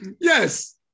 Yes